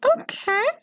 okay